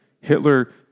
Hitler